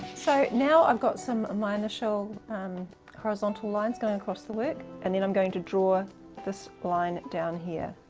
so now i've got some minor shell um horizontal lines going across the work, and then i'm going to draw this line down here.